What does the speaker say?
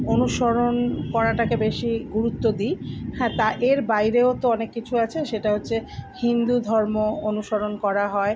অনুসরণ করাটাকে বেশি গুরুত্ব দিই হ্যাঁ তা এর বাইরেও তো অনেক কিছু আছে সেটা হচ্ছে হিন্দু ধর্ম অনুসরণ করা হয়